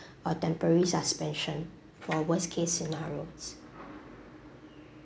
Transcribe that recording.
a temporary suspension for worst case scenarios